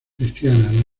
cristianas